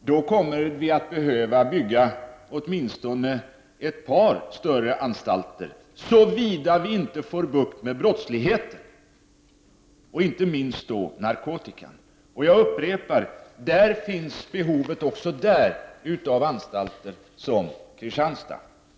då kom mer vi att behöva bygga åtminstone ett par större anstalter — såvitt vi inte får bukt med brottsligheten, inte minst då narkotikan. Jag upprepar: Där finns också behov av anstalter som den i Kristianstad.